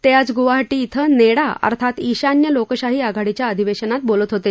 ते आज गुवाहाटी श्वे नेडा अर्थात ईशान्य लोकशाही आघाडीच्या अधिवेशनात बोलत होते